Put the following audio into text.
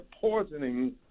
poisoning